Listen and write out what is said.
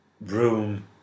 room